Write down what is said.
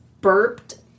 burped